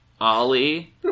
Ollie